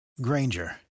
Granger